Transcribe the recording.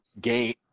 game